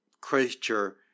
creature